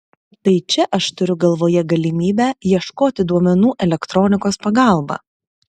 tai čia aš turiu galvoje galimybę ieškoti duomenų elektronikos pagalba